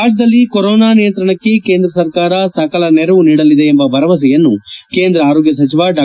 ರಾಜ್ಞದಲ್ಲಿ ಕೊರೊನಾ ನಿಯಂತ್ರಣಕ್ಕೆ ಕೇಂದ್ರ ಸರ್ಕಾರ ಸಕಲ ನೆರವು ನೀಡಲಿದೆ ಎಂಬ ಭರವಸೆಯನ್ನು ಕೇಂದ್ರ ಆರೋಗ್ಯ ಸಚಿವ ಡಾ